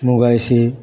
ਮੰਗਵਾਈ ਸੀ